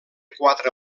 quatre